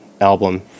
album